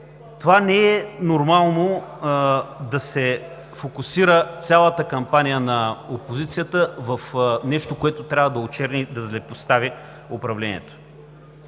Това не е нормално да се фокусира цялата кампания на опозицията в нещо, което трябва да очерни, да злепостави управлението.